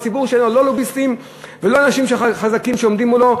ציבור שאין לו לא לוביסטים ולא אנשים חזקים שעומדים מולו,